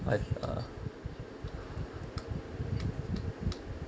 I've uh